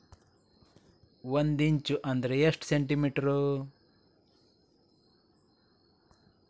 ಒಂದಿಂಚು ಅಂದ್ರ ಎಷ್ಟು ಸೆಂಟಿಮೇಟರ್?